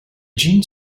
gene